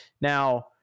Now